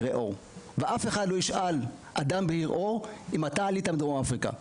עור ואף אחד לא ישאל אדם בהיר עור אם הוא עלה מדרום אפריקה.